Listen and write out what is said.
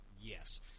Yes